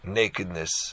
nakedness